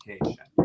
education